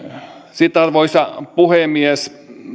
sitten arvoisa puhemies